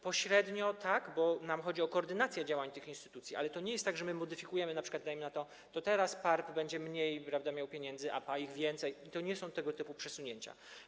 Pośrednio tak, bo nam chodzi o koordynację działań tych instytucji, ale to nie jest tak, że modyfikujemy, np., dajmy na to, teraz PARP będzie miał mniej pieniędzy, a PAIH więcej, to nie są tego typu przesunięcia.